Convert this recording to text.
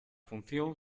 función